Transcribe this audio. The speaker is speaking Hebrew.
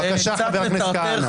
11:25.). זה קצת מטרטר,